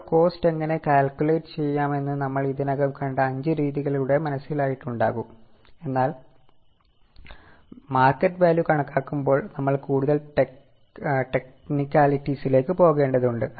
ഇപ്പോൾ കോസ്റ്റ് എങ്ങനെ കാൽക്കുലേറ്റ് ചെയ്യാമെന്ന് നമ്മൾ ഇതിനകം കണ്ട അഞ്ച് രീതികളിലൂടെ മനസ്സിലായിട്ടുണ്ടാകാം എന്നാൽ മാർക്കറ്റ് വാല്യു കണക്കാക്കുമ്പോൾ നമ്മൾ കൂടുതൽ ടെക്നിക്കാലിറ്റിസിലേക്ക് പോകേണ്ടതുണ്ട്